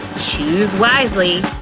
choose wisely!